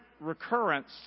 recurrence